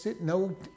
no